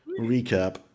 recap